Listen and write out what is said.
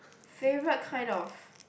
favourite kind of